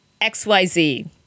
XYZ